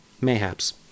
Mayhaps